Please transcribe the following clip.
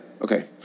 okay